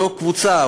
אותה קבוצה,